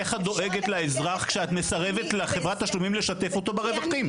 איך את דואגת לאזרח כשאת מסרבת לחברת התשלומים לשתף אותו ברווחים?